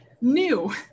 new